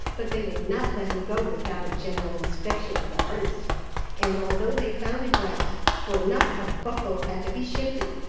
but they would not let him go without a general inspection of the harness and although they found it right, for not a buckle had to be shifted,